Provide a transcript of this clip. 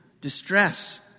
distress